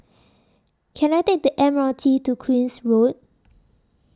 Can I Take The M R T to Queen's Road